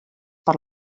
per